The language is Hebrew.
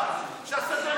לעזאזל,